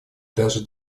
даже